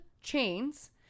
chains